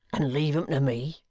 and leave em to me?